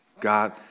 God